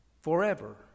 forever